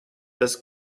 das